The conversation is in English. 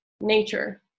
nature